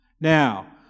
Now